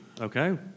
Okay